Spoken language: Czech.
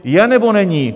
Je, nebo není?